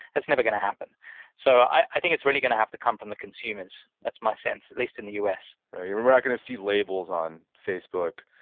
that's never going to happen so i think it's really going to have to come from the consumers. that's my sense, at least in the us we're not going to see labels on facebook,